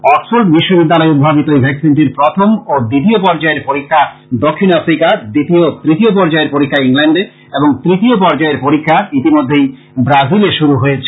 Oxford বিশ্ববিদ্যালয় উদ্ভাবিত এই ভ্যাকসিনটির প্রথম ও দ্বিতীয় পর্যায়ের পরীক্ষা দক্ষিণ আফ্রিকা দ্বিতীয় ও তৃতীয় পর্যায়ের পরীক্ষা ইংল্যান্ডে এবং তৃতীয় পর্যায়ের পরীক্ষা ইতিমধ্যেই ব্রাজিলে শুরু হয়েছে